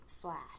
flash